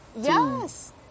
Yes